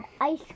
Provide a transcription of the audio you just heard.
ice